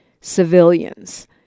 civilians